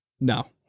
No